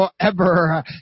forever